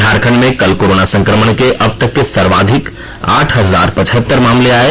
झारखंड में कल कोरोना संक्रमण के अबतक के सर्वाधिक आठ हजार पचहत्तर मामले आये